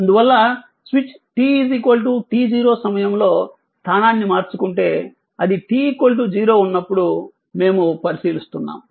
అందువల్ల switch t t0 సమయంలో స్థానాన్ని మార్చుకుంటే అది t 0 ఉన్నప్పుడు మేము పరిశీలిస్తున్నాము